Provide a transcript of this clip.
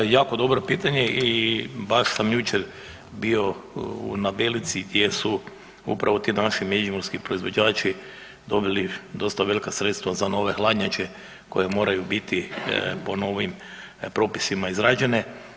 Jako dobro pitanje i baš sam jučer bio na Belici gdje su upravo ti naši međimurski proizvođači dobili dosta velika sredstva za nove hladnjače koje moraju biti po novim propisima izrađene.